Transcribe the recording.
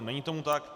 Není tomu tak.